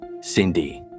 Cindy